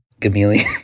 Chameleon